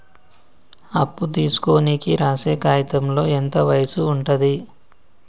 అప్పు తీసుకోనికి రాసే కాయితంలో ఎంత వయసు ఉంటది?